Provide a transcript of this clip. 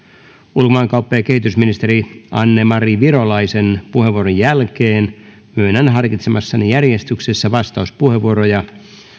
ulkomaankauppa ja kehitysministeri anne mari virolaisen puheenvuoron jälkeen myönnän harkitsemassani järjestyksessä vastauspuheenvuoroja